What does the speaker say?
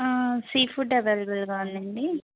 sea food అవైలబుల్గా ఉందండి